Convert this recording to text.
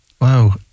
Wow